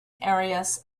areas